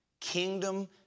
kingdom